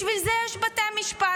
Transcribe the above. בשביל זה יש בתי משפט,